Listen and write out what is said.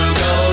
go